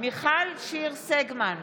מיכל שיר סגמן,